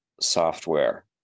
software